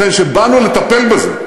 ובכן, כשבאנו לטפל בזה,